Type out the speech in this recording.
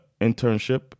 internship